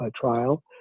trial